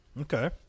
Okay